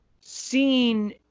seeing